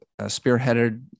spearheaded